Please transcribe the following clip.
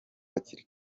hakiri